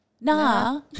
nah